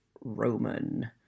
roman